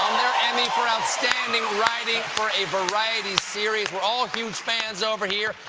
their emmy for outstanding writing for a variety series. we're all huge fans over here.